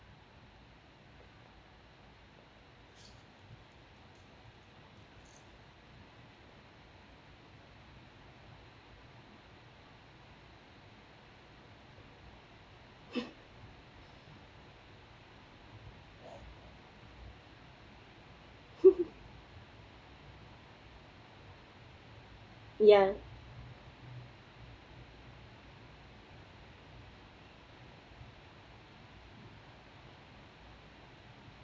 ya